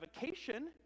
vacation